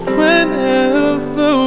whenever